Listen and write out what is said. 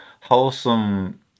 wholesome